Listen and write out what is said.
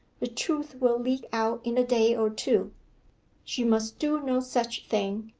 the truth will leak out in a day or two she must do no such thing,